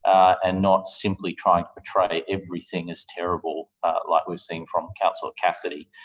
and not simply trying to portray everything as terrible like we're seeing from councillor cassidy.